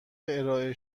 ارائه